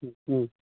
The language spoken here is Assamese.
ও ও